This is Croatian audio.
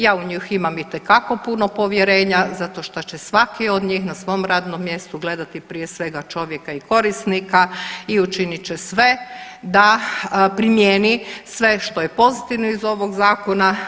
Ja u njih imam itekako puno povjerenja zato što će svaki od njih na svom radnom mjestu gledati prije svega čovjeka i korisnika i učinit će sve da primijeni sve što je pozitivno iz ovog zakona.